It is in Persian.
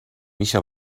میشه